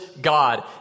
God